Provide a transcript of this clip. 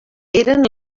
eren